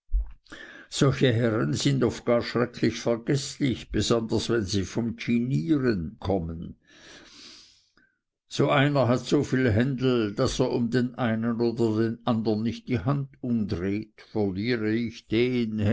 solche herren sind oft gar schrecklich vergeßlich besonders wenn sie vom dischinieren kommen so einer hat so viel händel daß er um den einen oder den andern nicht die hand umdreht verliere ich den